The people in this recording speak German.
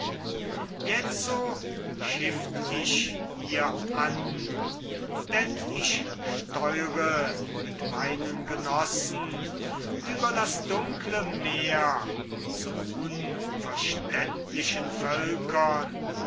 jetzo schifft ich hier an denn ich steure mit meinen genossen über das dunkle meer zu unverständlichen völkern